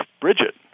Bridget